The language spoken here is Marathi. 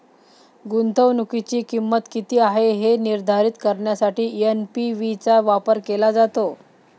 गुंतवणुकीची किंमत किती आहे हे निर्धारित करण्यासाठी एन.पी.वी चा वापर केला जातो